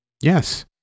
Yes